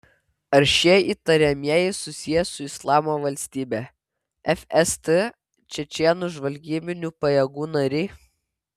ar šie įtariamieji susiję su islamo valstybe fst čečėnų žvalgybinių pajėgų nariai